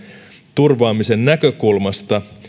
turvaamisen näkökulmasta